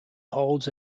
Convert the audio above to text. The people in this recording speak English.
holds